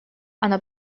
она